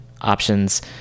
options